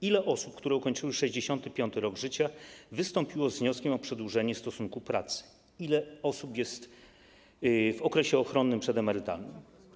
Ile osób, które ukończyły 65. rok życia, wystąpiło z wnioskiem o przedłużenie stosunku pracy i ile osób jest w okresie ochronnym przedemerytalnym?